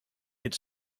its